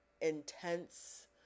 intense